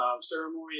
ceremony